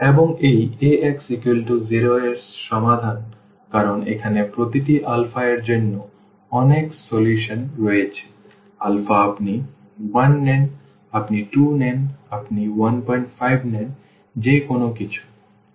এবং এই Ax0 এর সমাধান কারণ এখানে প্রতিটি আলফা এর জন্য অনেক সমাধান রয়েছে আলফা আপনি 1 নেন আপনি 2 নেন আপনি 15 নেন যে কোনও কিছু